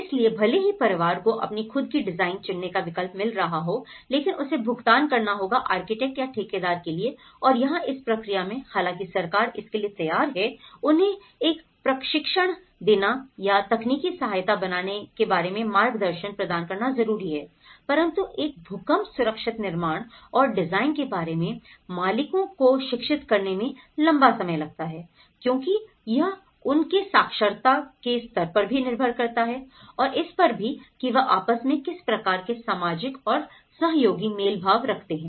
इसलिए भले ही परिवार को अपनी खुद की डिजाइन चुनने का विकल्प मिल रहा हो लेकिन उसे भुगतान करना होगा आर्किटेक्ट या ठेकेदार के लिए और यहां इस प्रक्रिया में हालांकि सरकार इसके लिए तैयार है उन्हें एक प्रशिक्षण देना या तकनीकी सहायता बनाने के बारे में मार्गदर्शन प्रदान करना जरूरी है परंतु एक भूकंप सुरक्षित निर्माण और डिजाइन के बारे में मालिकों को शिक्षित करने मैं लंबा समय लगता है क्योंकि यह उनके साक्षरता के स्तर पर निर्भर करता है और इस पर भी कि वह आपस में किस प्रकार के सामाजिक और सहयोगी मेल भाव रखते हैं